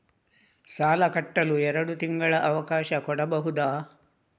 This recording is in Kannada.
ಸಾಲ ಕಟ್ಟಲು ಎರಡು ತಿಂಗಳ ಅವಕಾಶ ಕೊಡಬಹುದಾ?